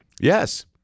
Yes